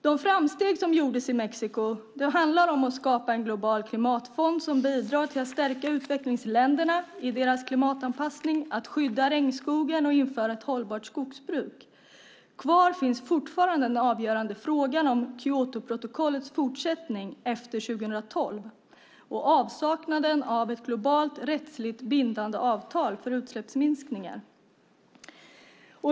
De framsteg som gjordes i Mexiko handlar om att skapa en global klimatfond som bidrar till att stärka utvecklingsländerna i deras klimatanpassning, att skydda regnskogen och att införa ett hållbart skogsbruk. Kvar finns fortfarande den avgörande frågan om Kyotoprotokollets fortsättning efter 2012 och avsaknaden av ett globalt rättsligt bindande avtal för utsläppsminskningar.